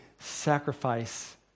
sacrifice